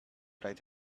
write